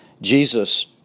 Jesus